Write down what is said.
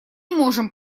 можем